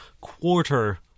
quarter